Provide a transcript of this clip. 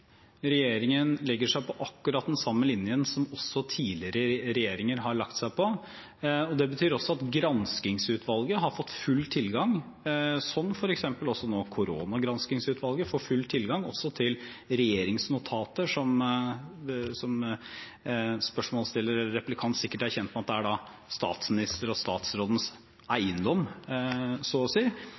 Regjeringen legger seg på akkurat den samme linjen som også tidligere regjeringer har lagt seg på. Det betyr at granskingsutvalget har fått full tilgang, som f.eks. koronagranskingsutvalget nå får full tilgang, også til regjeringsnotater – som replikanten sikkert er kjent med at så å si er statsministerens og statsrådens eiendom – samtidig som man har forbeholdt seg retten til å